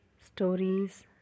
stories